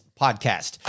Podcast